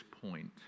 point